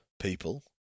people